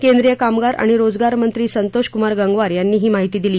केंद्रीय कामगार आणि रोजगार मंत्री संतोष गंगवार यांनी ही माहिती दिली